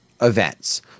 events